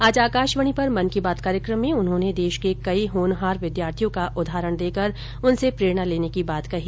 आज आकाशवाणी पर मन की बात कार्यक्रम में उन्होंने देश के कई होनहार विद्यार्थियों का उदाहरण देकर उनसे प्रेरणा लेने की बात कही